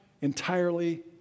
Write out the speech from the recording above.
entirely